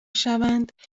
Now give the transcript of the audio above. شوند